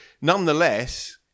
Nonetheless